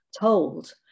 told